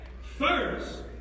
First